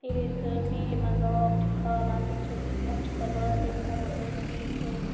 ییٚلہِ أسۍ یہِ کرٛیٖلہِ منٛز آب چھِ کھالان أسۍ چھِ اَسہِ چھِ تَتھ بالٹیٖن تھوٚمُت لٲگِتھ بیٚیہِ چھِ